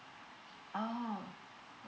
oh